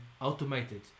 automated